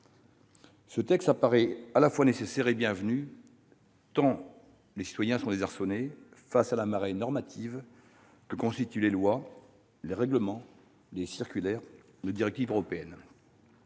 Ce texte apparaît à la fois nécessaire et bienvenu, tant les citoyens sont désarçonnés face à la marée normative que constituent les lois, les règlements, les circulaires, les directives européennes.